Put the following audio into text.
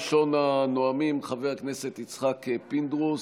ראשון הנואמים, חבר הכנסת יצחק פינדרוס,